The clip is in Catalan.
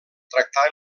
tractar